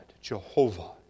Jehovah